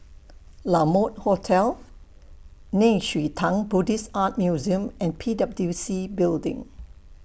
La Mode Hotel Nei Xue Tang Buddhist Art Museum and P W C Building